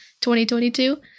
2022